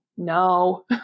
no